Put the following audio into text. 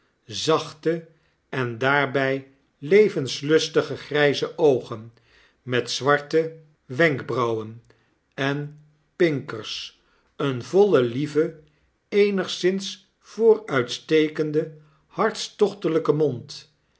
zachte en daarby levenslustige grijze oogen met zwarte wenkbrauwen en pinkers een vollen lieven eenigszins vooruitstekenden hartstochtelijken mond